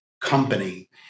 company